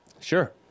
Sure